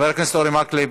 חבר הכנסת אורי מקלב,